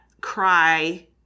cry